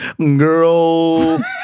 girl